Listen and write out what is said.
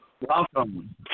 Welcome